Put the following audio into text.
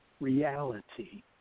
reality